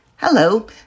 Hello